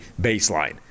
baseline